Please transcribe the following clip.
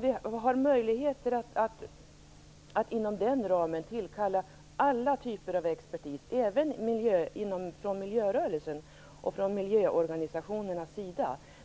Vi har möjligheter att inom den ramen tillkalla alla typer av expertis, även från miljörörelsen och från miljöorganisationerna.